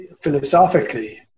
philosophically